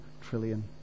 trillion